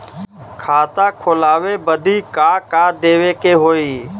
खाता खोलावे बदी का का देवे के होइ?